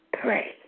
pray